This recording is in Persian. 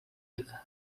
بدهد